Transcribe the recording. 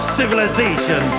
civilization